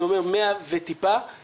זה אומר מאה וטיפה,